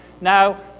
Now